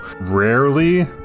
rarely